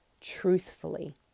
truthfully